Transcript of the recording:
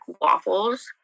waffles